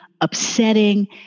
upsetting